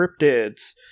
cryptids